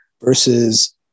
versus